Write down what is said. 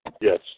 Yes